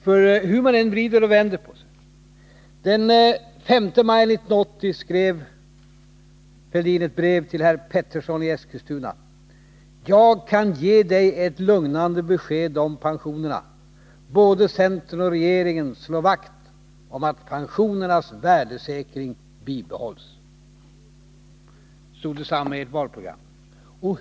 Men hur man än vrider och vänder på detta, så kommer man inte ifrån att Thorbjörn Fälldin den 5 maj 1980 skrev ett brev till herr Pettersson i Eskilstuna och sade: ”Jag kan ge Dig ett lugnande besked om pensionerna. Både centern och regeringen slår vakt om att pensionernas värdesäkring bibehålls.” Detsamma stod i ert valprogram.